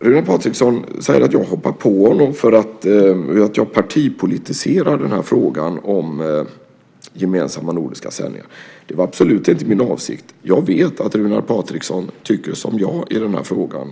Runar Patriksson säger att jag hoppar på honom och att jag partipolitiserar frågan om gemensamma nordiska sändningar. Det var absolut inte min avsikt. Jag vet att Runar Patriksson tycker som jag i den här frågan.